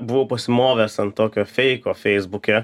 buvau pasimovęs ant tokio feiko feisbuke